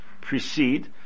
precede